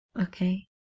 okay